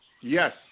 yes